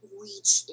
reach